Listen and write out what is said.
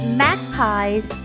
magpies